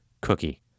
cookie